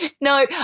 No